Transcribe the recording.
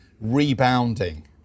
rebounding